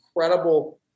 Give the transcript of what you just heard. incredible-